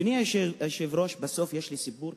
אדוני היושב-ראש, בסוף יש לי סיפור.